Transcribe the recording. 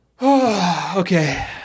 Okay